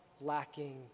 lacking